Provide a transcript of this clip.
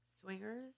Swingers